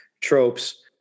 tropes